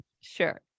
Sure